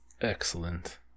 Excellent